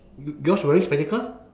yours wearing spectacle